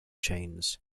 chains